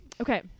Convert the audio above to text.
Okay